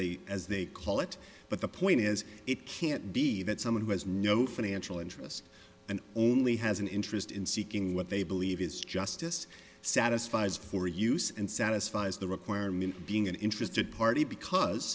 they as they call it but the point is it can't be that someone has no financial interest and only has an interest in seeking what they believe is justice satisfies for use and satisfies the requirement being an interested party because